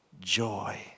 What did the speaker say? joy